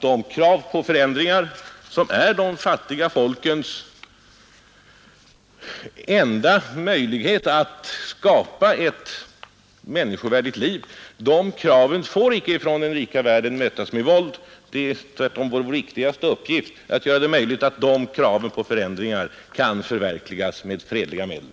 De krav på förändringar som är de fattiga folkens enda möjlighet att skapa ett människovärdigt liv får inte mötas med våld av den rika världen. Vår viktigaste uppgift är tvärtom att göra det möjligt att de kraven på förändringar kan förverkligas med fredliga medel.